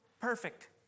perfect